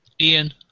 Ian